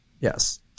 yes